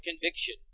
conviction